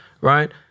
Right